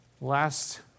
last